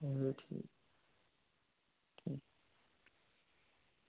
चलो ठीक ठीक ठीक एह् ठीक